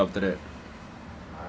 where you going out after that